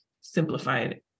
simplified